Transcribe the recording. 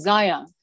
Zion